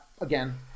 again